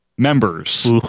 Members